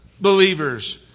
believers